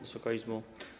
Wysoka Izbo!